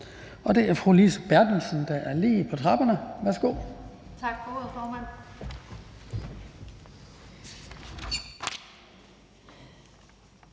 og det er fru Lise Bertelsen, der er lige på trapperne. Værsgo. Kl. 17:11 (Ordfører)